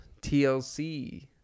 TLC